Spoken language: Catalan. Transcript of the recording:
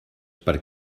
per